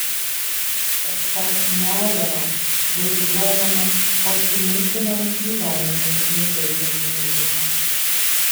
pasak mejero bus grojama optimistiniam gyvenimui nuteikianti muzika